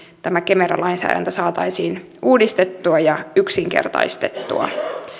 tämä kemera lainsäädäntö saataisiin uudistettua ja yksinkertaistettua